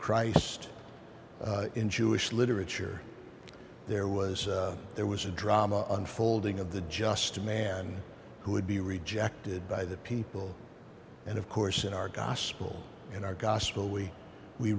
christ in jewish literature there was there was a drama unfolding of the just a man who would be rejected by the people and of course in our gospel in our gospel we we